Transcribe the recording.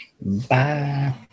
Bye